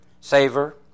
savor